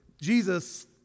Jesus